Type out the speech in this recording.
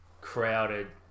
crowded